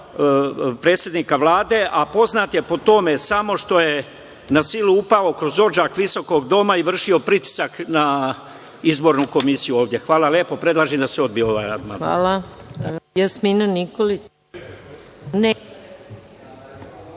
predsednika Vlade, a poznat je po tome samo što je na silu upao kroz odžak visokog doma i vršio pritisak na izbornu komisiju ovde. Hvala lepo. Predlažem da se odbije ovaj amandman.